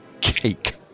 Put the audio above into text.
cake